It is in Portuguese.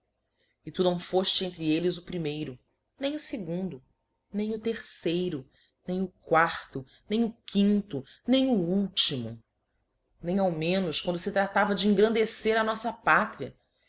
e tu não fofte entre elles o primeiro nem o fegundo nem o terceiro nem o quarto nem o quinto nem o ultimo nem ao menos quando te traílava de engrandecer a noíta pátria